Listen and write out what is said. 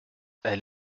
elle